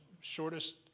shortest